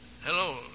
hello